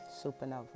Supernova